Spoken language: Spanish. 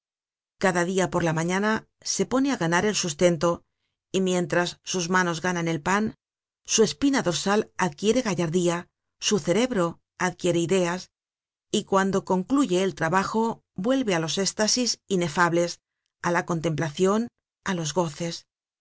cada dia por la mañana se pone á ganar el sustento y mientras sus manos ganan el pan su espina dorsal adquiere gallardía su cerebro adquiere ideas y cuando concluye el trabajo vuelve á los estasis inefables á la contemplacion á los goces